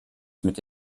mit